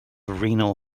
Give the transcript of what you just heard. renal